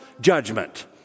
judgment